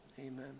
amen